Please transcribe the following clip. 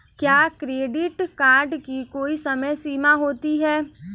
क्या credit card की कोई समय सीमा होती है?